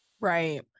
right